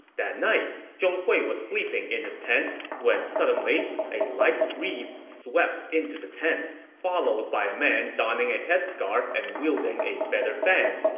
that night, zhong hui was sleeping in his tent when suddenly, a light breeze swept into the tent, tent, followed by man donning a headscarf and wielding a feather fan.